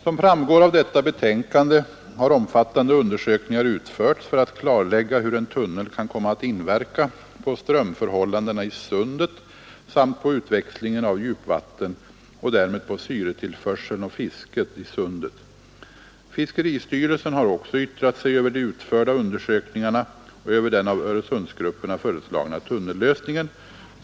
Som framgår av detta betänkande har omfattande undersökningar utförts för att klarlägga hur en tunnel kan komma att inverka på strömförhållandena i Sundet samt på utväxlingen av djupvatten och därmed på syretillförseln och fisket i Sundet. Fiskeristyrelsen har också yttrat sig över de utförda undersökningarna och över den av Öresundsgrupperna föreslagna tunnellösningen.